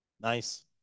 Nice